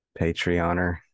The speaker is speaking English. patreoner